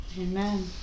Amen